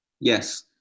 Yes